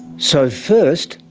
so first,